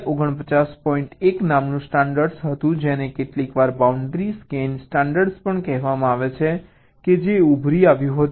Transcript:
1 નામનું સ્ટાન્ડર્ડ્સ હતું જેને કેટલીક વાર બાઉન્ડ્રી સ્કેન સ્ટાન્ડર્ડ પણ કહેવામાં આવે છે જે ઉભરી આવ્યું હતું